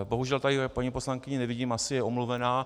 Bohužel tady paní poslankyni nevidím, asi je omluvená.